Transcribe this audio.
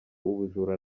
ubujura